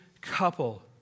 couple